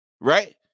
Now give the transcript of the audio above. right